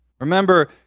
Remember